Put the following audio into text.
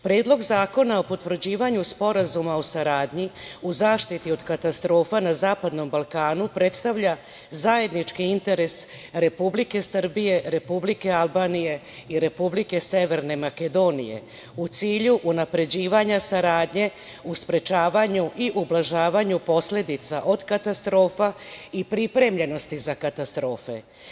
Predlog zakona o potvrđivanju Sporazuma o saradnji u zaštiti od katastrofa na Zapadnom Balkanu predstavlja zajednički interes Republike Srbije, Republike Albanije i Republike Severne Makedonije, u cilju unapređivanja saradnje u sprečavanju i ublažavanju posledica od katastrofa i pripremljenosti za katastrofe.